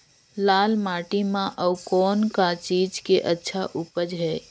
लाल माटी म अउ कौन का चीज के अच्छा उपज है?